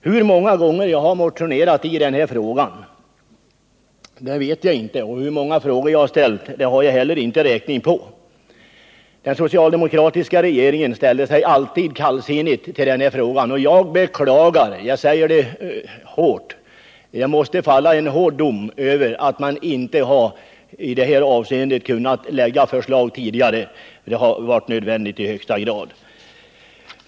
Hur många gånger jag har motionerat i den här frågan vet jag inte. Och hur många frågor jag har ställt håller jag inte heller räkning på. Den socialdemokratiska regeringen ställde sig alltid kallsinnig till den här frågan. Jag beklagar, men det måste fällas en hård dom över att man i det här avseendet inte har kunnat framlägga förslag tidigare. Det har i allra högsta grad varit nödvändigt.